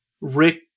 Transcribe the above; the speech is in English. Rick